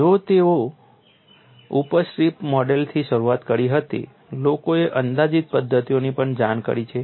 જો કે તેઓએ ઉપજ સ્ટ્રીપ મોડેલથી શરૂઆત કરી હતી લોકોએ અંદાજિત પદ્ધતિઓની પણ જાણ કરી છે